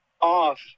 off